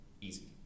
Easy